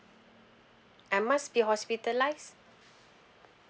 I must be hospitalized